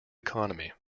economy